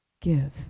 give